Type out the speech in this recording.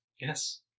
Yes